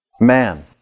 man